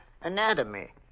Anatomy